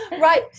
Right